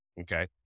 Okay